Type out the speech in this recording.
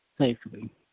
safely